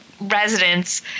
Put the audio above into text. residents